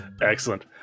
Excellent